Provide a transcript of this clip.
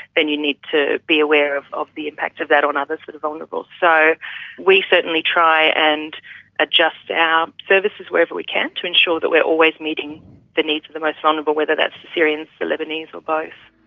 then you need to be aware of of the impacts of that on others who are vulnerable. so we certainly try and adjust our services wherever we can to ensure that we are always meeting the needs of the most vulnerable, whether that's syrians, the lebanese or both.